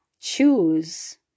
choose